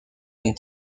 and